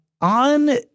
On